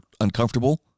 uncomfortable